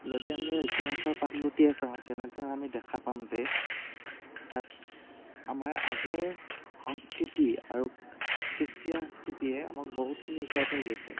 যদি আমি ইতিহাসৰ পাত লুটিয়াই চাওঁ তেনেহ'লে আমি দেখা পাম যে তাত আমাৰ আগৰ সংস্কৃতি আৰু কৃষ্টি সংস্কৃতিয়ে আমাক বহুখিনি শিকাই থৈ গৈছে